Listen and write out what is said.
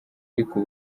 ariko